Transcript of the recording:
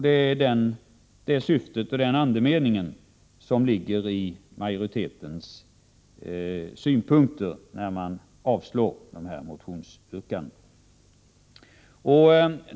Det är den andemening som ligger bakom utskottsmajoritetens yrkande om avslag på detta motionsyrkande.